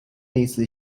类似